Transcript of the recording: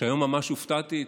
שהיום ממש הופתעתי,